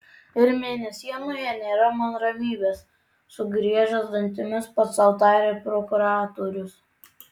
ir mėnesienoje nėra man ramybės sugriežęs dantimis pats sau tarė prokuratorius